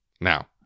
Now